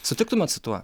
sutiktumėt su tuo